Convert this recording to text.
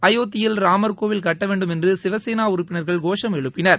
அயோத்தியில் ராமர் கோவில் கட்ட வேண்டும் என்று சிவசேனா உறுப்பினர்கள் கோஷம் எழுப்பினர்